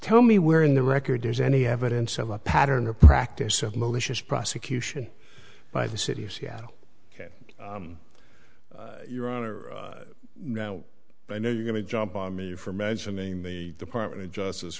tell me where in the record there's any evidence of a pattern or practice of malicious prosecution by the city of seattle your honor i know you're going to jump on me for mentioning the department of justice